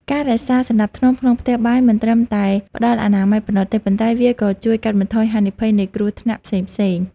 ការរក្សាសណ្តាប់ធ្នាប់ក្នុងផ្ទះបាយមិនត្រឹមតែផ្តល់អនាម័យប៉ុណ្ណោះទេ ប៉ុន្តែវាក៏ជួយកាត់បន្ថយហានិភ័យនៃគ្រោះថ្នាក់ផ្សេងៗ។